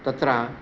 तत्र